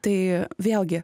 tai vėlgi